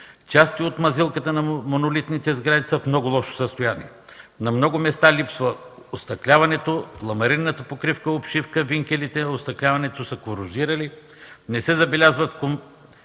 Части от мазилките на монолитните сгради са в много лошо състояние. На много места липсва остъкляването. Ламаринената покривна обшивка и винкелите на остъкляването са корозирали. Не се забелязват